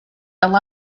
fel